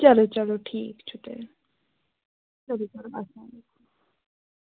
چلو چلو ٹھیٖک چھُ تیٚلہِ چلو چلو اَسلام علیکُم